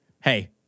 Hey